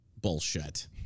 Bullshit